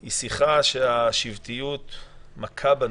היא שיחה שבה השבטיות מכה בנו.